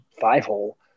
five-hole